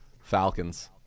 Falcons